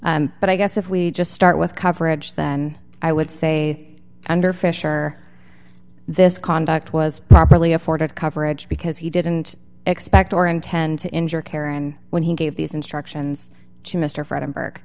but i guess if we just start with coverage then i would say under fisher this conduct was properly afforded coverage because he didn't expect or intend to injure care and when he gave these instructions